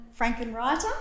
Frankenwriter